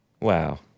Wow